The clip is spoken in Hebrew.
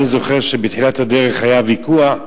אני זוכר שבתחילת הדרך היה ויכוח,